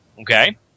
okay